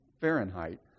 Fahrenheit